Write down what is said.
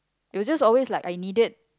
it was just always like I needed